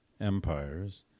empires